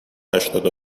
هشتاد